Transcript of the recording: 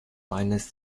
eines